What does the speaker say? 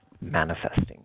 manifesting